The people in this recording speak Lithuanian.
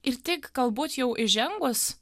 ir tik galbūt jau įžengus